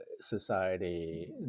society